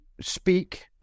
speak